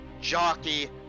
jockey